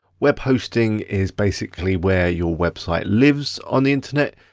web hosting is basically where your website lives on the internet.